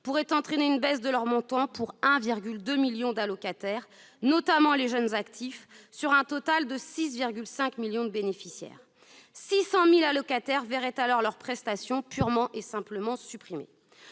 pourrait entraîner une baisse du montant de ces aides pour 1,2 million d'allocataires, en particulier des jeunes actifs, sur un total de 6,5 millions de bénéficiaires. Et 600 000 allocataires verraient leur prestation purement et simplement supprimée.